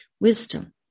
Wisdom